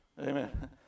Amen